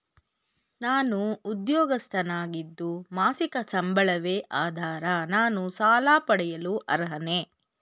ನಾನು ಉದ್ಯೋಗಸ್ಥನಾಗಿದ್ದು ಮಾಸಿಕ ಸಂಬಳವೇ ಆಧಾರ ನಾನು ಸಾಲ ಪಡೆಯಲು ಅರ್ಹನೇ?